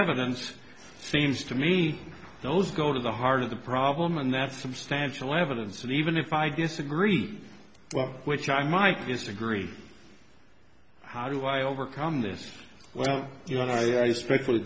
evidence seems to me those go to the heart of the problem and that's substantial evidence and even if i disagree well which i might disagree how do i overcome this well you know